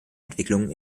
entwicklungen